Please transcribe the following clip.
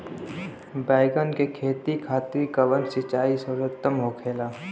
बैगन के खेती खातिर कवन सिचाई सर्वोतम होखेला?